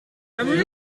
september